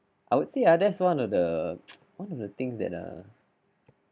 I would say ah that's one of the one of the things that ah